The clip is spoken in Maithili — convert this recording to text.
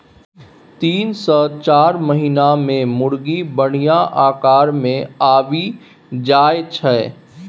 तीन सँ चारि महीना मे मुरगी बढ़िया आकार मे आबि जाइ छै